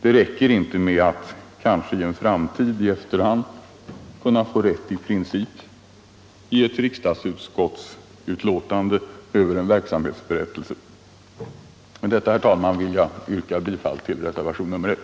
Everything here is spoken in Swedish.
Det räcker inte med att kanske i en framtid i efterhand kunna få rätt i princip i ett riksdagsutskottsbetänkande över en verksamhetsberättelse. Med detta, herr talman, vill jag yrka bifall till reservationen 1.